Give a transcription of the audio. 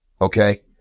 okay